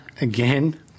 again